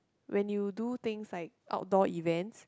when you do things like outdoor events